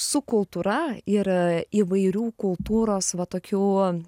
su kultūra ir įvairių kultūros va tokių